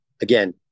again